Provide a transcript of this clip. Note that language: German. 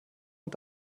und